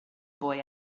boy